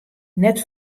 net